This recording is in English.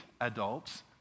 adults